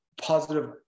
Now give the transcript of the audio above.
positive